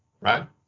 right